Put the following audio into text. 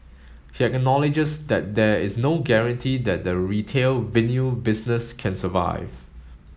he acknowledges that there is no guarantee that the retail business can survive